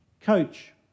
coach